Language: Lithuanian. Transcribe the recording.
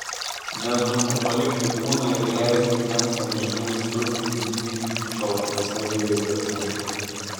nesunku palikti kūną ir leisti jiems amžinai supti jį šaltuose glėbiuose